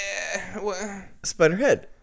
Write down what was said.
Spiderhead